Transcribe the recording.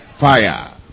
Fire